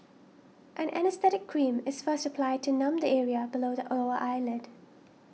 an anaesthetic cream is first applied to numb the area below the over eyelid